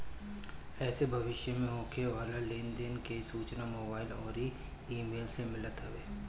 एसे भविष्य में होखे वाला लेन देन के सूचना मोबाईल अउरी इमेल से मिलत रहत हवे